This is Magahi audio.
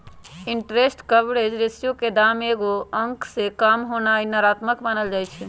इंटरेस्ट कवरेज रेशियो के दाम एगो अंक से काम होनाइ नकारात्मक मानल जाइ छइ